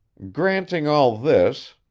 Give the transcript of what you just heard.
granting all this,